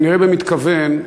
כנראה במתכוון,